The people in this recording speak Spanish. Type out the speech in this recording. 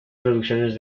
producciones